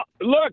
look